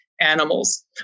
animals